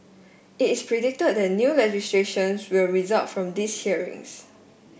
it is predicted that new legislation will result from these hearings